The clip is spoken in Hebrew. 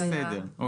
בסדר.